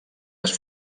les